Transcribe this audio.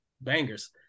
bangers